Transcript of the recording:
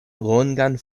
longan